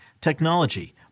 technology